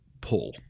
pull